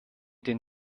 den